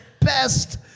best